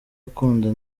akunda